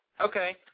Okay